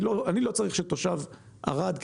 אני לא צריך מצב שתושב ערד,